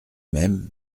même